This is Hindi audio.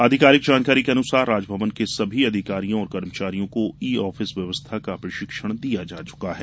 आधिकारिक जानकारी के अनुसार राजभवन के सभी अधिकारियों और कर्मचारियों को ई आफिस व्यवस्था का प्रशिक्षण दिया जा चुका है